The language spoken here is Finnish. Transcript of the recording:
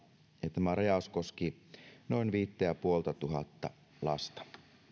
tämä rajaus koski noin viittä ja puoltatuhatta lasta